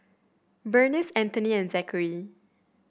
Berniece Anthoney and Zackary